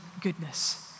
goodness